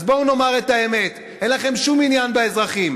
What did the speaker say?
אז בואו נאמר את האמת: אין לכם שום עניין באזרחים.